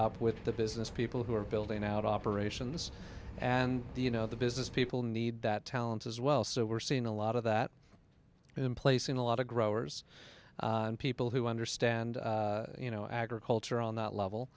up with the business people who are building out operations and you know the business people need that talent as well also we're seeing a lot of that in place in a lot of growers and people who understand you know agriculture on that level